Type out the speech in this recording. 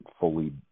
fully